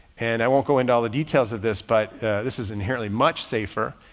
and i won't go into all the details of this, but this is inherently much safer.